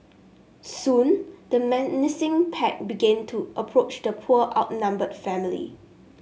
soon the menacing pack begin to approach the poor outnumbered family